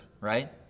right